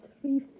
three